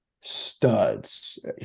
studs